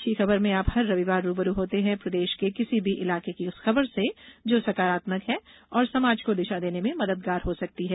अच्छी खबर में आप हर रविवार रू ब रू होते हैं प्रदेश के किसी भी इलाके की उस खबर से जो सकारात्मक है और समाज को दिशा देने में मददगार हो सकती है